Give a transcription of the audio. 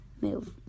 move